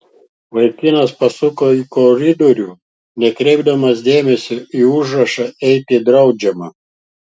vaikinas pasuka į koridorių nekreipdamas dėmesio į užrašą eiti draudžiama